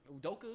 Udoka